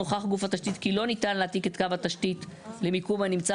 נוכח גוף התשתית כי לא ניתן להעתיק את קו התשתית למיקום הנמצא